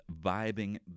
vibing